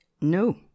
no